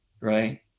right